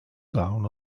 down